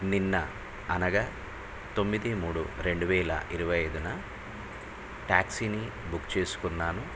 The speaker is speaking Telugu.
నిన్న అనగా తొమ్మిది మూడు రెండు వేల ఇరవై ఐదున ట్యాక్సీని బుక్ చేసుకున్నాను